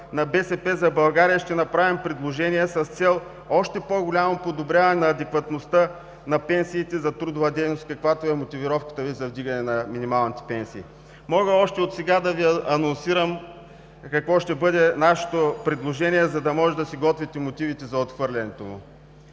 на „БСП за България“ ще направим предложения с цел подобряване на адекватността на пенсиите за трудова дейност, каквато е мотивировката Ви за вдигане на минималните пенсии. Мога още отсега да Ви анонсирам какво ще бъде нашето предложение, за да можете да си готвите мотивите за отхвърлянето му.